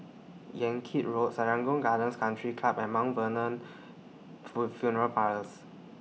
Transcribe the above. Yan Kit Road Serangoon Gardens Country Club and Mount Vernon full Funeral Parlours